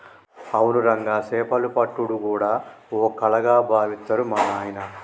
అవును రంగా సేపలు పట్టుడు గూడా ఓ కళగా బావిత్తరు మా నాయిన